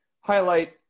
highlight